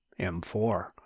M4